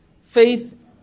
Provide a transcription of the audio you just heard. Faith